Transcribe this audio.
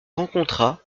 rencontra